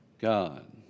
God